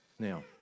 Now